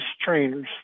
trainers